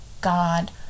God